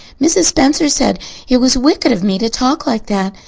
mrs. spencer said it was wicked of me to talk like that,